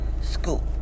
school